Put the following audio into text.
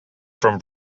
from